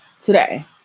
today